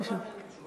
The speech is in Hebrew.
בבקשה.